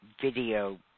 video